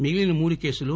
మిగిలిన మూడు కేసులు